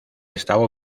estaba